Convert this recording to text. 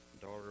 daughter